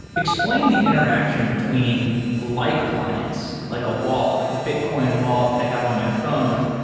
explain the interaction between light clients, like a wallet, like a bitcoin wallet that i have on my phone.